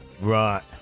Right